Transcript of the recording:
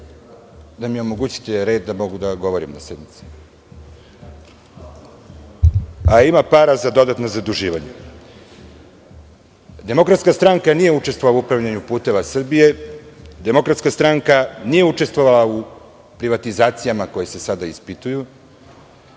vas da omogućite red, da mogu da govorim na sednici. Dakle, ima para za dodatna zaduživanja. Demokratska stranka nije učestvovala u upravljanju "Puteva Srbije", DS nije učestvovala u privatizacijama koje se sada ispituju,